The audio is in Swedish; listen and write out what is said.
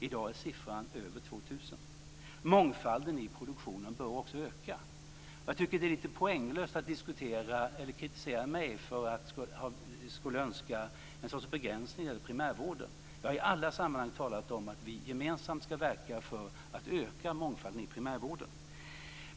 I dag är siffran över 2 000. Mångfalden i produktionen bör också öka. Jag tycker att det är lite poänglöst att kritisera mig för att jag skulle önska en sorts begränsning när det gäller primärvården. Jag har i alla sammanhang talat om att vi gemensamt ska verka för att öka mångfalden i primärvården.